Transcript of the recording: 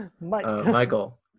Michael